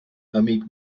amic